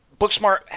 Booksmart